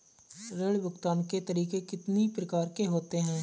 ऋण भुगतान के तरीके कितनी प्रकार के होते हैं?